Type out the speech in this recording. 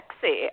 sexy